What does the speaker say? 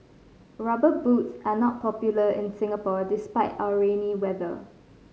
Rubber Boots are not popular in Singapore despite our rainy weather